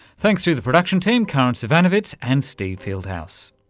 thanks to the production team karin zsivanovits and steve fieldhouse.